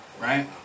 Right